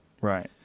Right